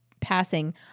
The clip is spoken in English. passing